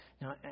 Now